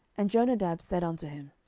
and jonadab said unto him,